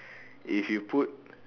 if you put